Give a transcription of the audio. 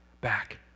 back